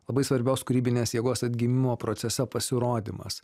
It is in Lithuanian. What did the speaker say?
labai svarbios kūrybinės jėgos atgimimo procese pasirodymas